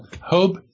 hope